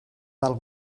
del